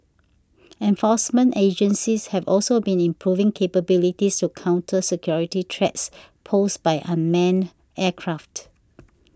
enforcement agencies have also been improving capabilities to counter security threats posed by unmanned aircraft